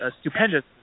stupendous